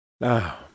now